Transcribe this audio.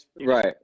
Right